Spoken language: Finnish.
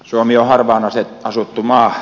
suomi on harvaan asuttu maa